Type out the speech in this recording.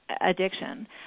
addiction